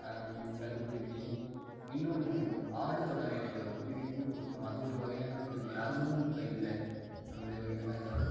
கல்க்குருவி இன்னொன்று ஆடுதொடா இலையில ஒரு குருவி கூடு கட்டும் அது ஒரு வகையான குருவி அதுவும் இப்போ இல்லை அந்த இதுலாம் இதாவது